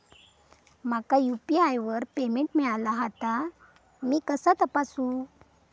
माका यू.पी.आय वर पेमेंट मिळाला हा ता मी कसा तपासू?